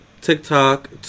TikTok